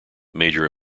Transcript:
major